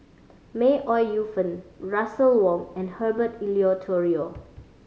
May Ooi Yu Fen Russel Wong and Herbert Eleuterio